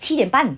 七点半